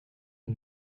une